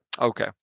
okay